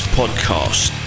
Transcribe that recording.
podcast